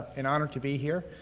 an honor to be here.